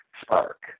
spark